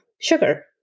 sugar